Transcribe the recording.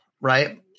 Right